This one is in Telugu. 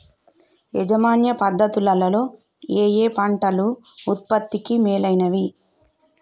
యాజమాన్య పద్ధతు లలో ఏయే పంటలు ఉత్పత్తికి మేలైనవి?